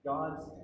God's